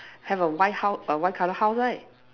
have a white house err white color house right